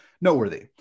noteworthy